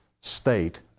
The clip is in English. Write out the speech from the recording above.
state